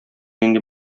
нинди